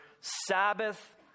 sabbath